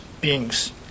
beings